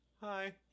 hi